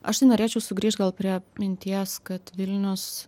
aš tai norėčiau sugrįžt gal prie minties kad vilnius